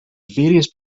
various